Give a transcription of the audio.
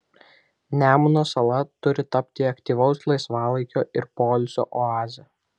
nemuno sala turi tapti aktyvaus laisvalaikio ir poilsio oaze